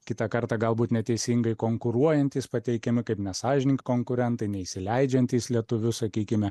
kitą kartą galbūt neteisingai konkuruojantys pateikiami kaip nesąžiningi konkurentai neįsileidžiantys lietuvių sakykime